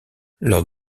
lors